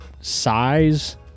size